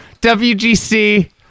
WGC